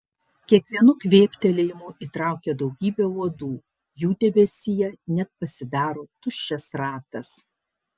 kiekvienu kvėptelėjimu įtraukia daugybę uodų jų debesyje net pasidaro tuščias ratas